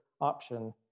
option